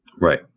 right